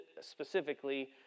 specifically